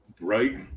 Right